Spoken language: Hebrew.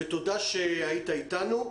תודה שהיית איתנו.